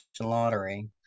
lottery